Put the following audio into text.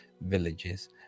villages